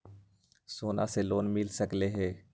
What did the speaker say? सोना से लोन मिल सकलई ह?